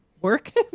work